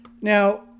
Now